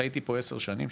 חייתי פה עשר שנים,